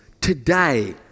today